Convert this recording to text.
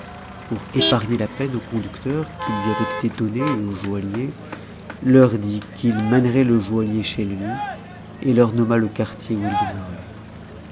pour épargner la peine aux conducteurs qui lui avaient été donnés et au joaillier leur dit qu'il mènerait le joaillier chez lui et leur nomma le quartier où il